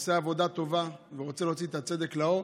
שעושה עבודה טובה ורוצה להוציא את הצדק לאור.